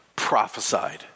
prophesied